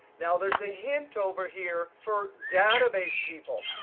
now, there's a hint over here for database people.